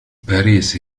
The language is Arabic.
باريس